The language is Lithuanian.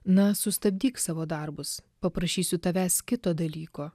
na sustabdyk savo darbus paprašysiu tavęs kito dalyko